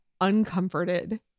uncomforted